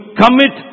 commit